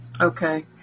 Okay